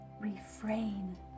refrain